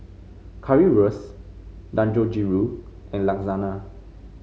Currywurst Dangojiru and Lasagna